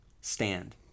Stand